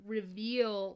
reveal